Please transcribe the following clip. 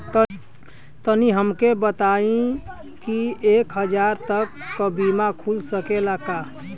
तनि हमके इ बताईं की एक हजार तक क बीमा खुल सकेला का?